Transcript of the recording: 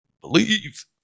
believe